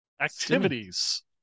activities